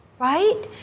right